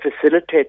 facilitate